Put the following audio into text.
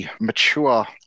mature